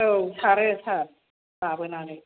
औ सारो सार लाबोनानै